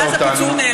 מאז הפיצול,